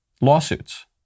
lawsuits